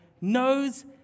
knows